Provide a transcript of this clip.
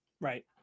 Right